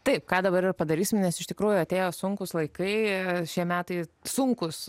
taip ką dabar ir padarysim nes iš tikrųjų atėjo sunkūs laikai šie metai sunkūs